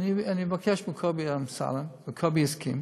שאני מבקש מקובי אמסלם, וקובי הסכים.